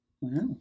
wow